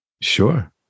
Sure